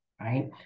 right